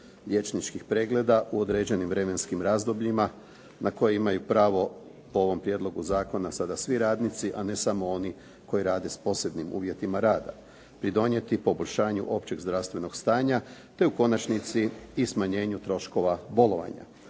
liječničkih pregleda u određenim vremenskim razdobljima na koji imaju pravo po ovom prijedlogu zakona sada svi radnici a ne samo oni koji rade sa posebnim uvjetima rada, pridonijeti poboljšanju općeg zdravstvenog stanja te u konačnici i smanjenju troškova bolovanja.